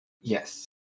Yes